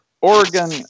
Oregon –